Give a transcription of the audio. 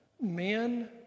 Men